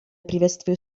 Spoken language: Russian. приветствую